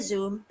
Zoom